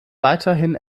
weiterhin